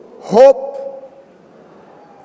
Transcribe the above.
hope